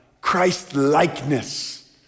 Christ-likeness